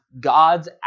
God's